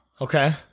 Okay